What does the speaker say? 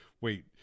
Wait